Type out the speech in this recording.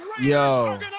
Yo